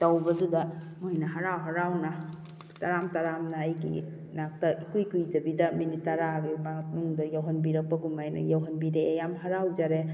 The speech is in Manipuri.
ꯇꯧꯕꯗꯨꯗ ꯃꯣꯅ ꯍꯔꯥꯎ ꯍꯔꯥꯎꯅ ꯇꯔꯥꯝ ꯇꯔꯥꯝꯅ ꯑꯩꯒꯤ ꯅꯥꯛꯇ ꯏꯀꯨꯏ ꯀꯨꯏꯗꯕꯤꯗ ꯃꯤꯅꯤꯠ ꯇꯔꯥꯒꯤ ꯃꯅꯨꯡꯗ ꯌꯧꯍꯟꯕꯤꯔꯛꯄꯒꯨꯝ ꯃꯥꯏꯅ ꯌꯧꯍꯟꯕꯤꯔꯛꯑꯦ ꯌꯥꯝ ꯍꯔꯥꯎꯖꯔꯦ